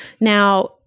Now